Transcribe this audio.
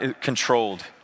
controlled